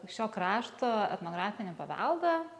šio krašto etnografinį paveldą